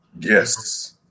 Yes